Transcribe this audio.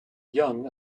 jung